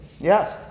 Yes